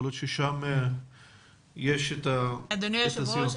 יכול להיות ששם יש את ה- -- אדוני היו"ר,